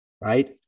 right